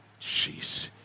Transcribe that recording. Jeez